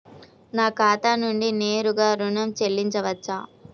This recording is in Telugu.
నా ఖాతా నుండి నేరుగా ఋణం చెల్లించవచ్చా?